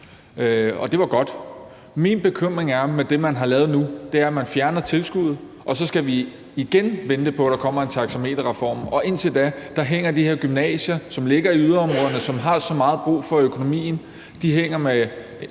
og det var godt. Min bekymring ved det, man har lavet nu, er, at man fjerner tilskuddet, og at så skal vi igen vente på, at der kommer en taxameterreform. Indtil da hænger de her gymnasier, som ligger i yderområderne, og som har så meget brug for økonomien, med